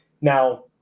Now